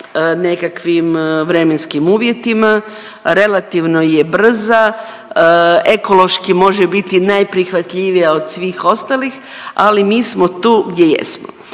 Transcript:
nekakvim vremenskim uvjetima, relativno je brza, ekološki može biti najprihvatljivija od svih ostalih ali mi smo tu gdje jesmo.